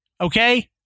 okay